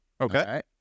Okay